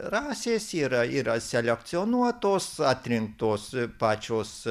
rasės yra yra selekcionuotos atrinktos pačios